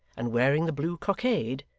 and wearing the blue cockade,